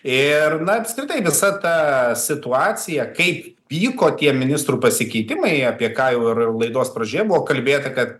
ir na apskritai visa ta situacija kaip vyko tie ministrų pasikeitimai apie ką jau ir laidos pradžioje buvo kalbėta kad